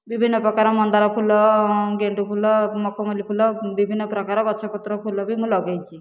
ବିଭିନ୍ନପ୍ରକାର ମନ୍ଦାରଫୁଲ ଗେଣ୍ଡୁଫୁଲ ମକମଲ୍ଲି ଫୁଲ ବିଭିନ୍ନପ୍ରକାର ଗଛପତ୍ର ଫୁଲ ବି ମୁଁ ଲଗାଇଛି